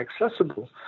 accessible